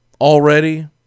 already